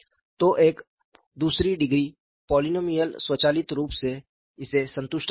तो एक दूसरी डिग्री पोलीनोमिअल स्वचालित रूप से इसे संतुष्ट करेगा